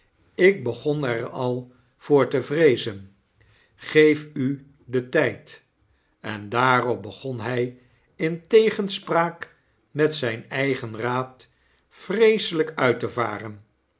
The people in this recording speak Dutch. ik begon er al voor te vreezen geef u den tijd en daarop begon hij in tegenspraak met zijn eigen raad vreeselijk uit te varen